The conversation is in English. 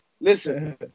Listen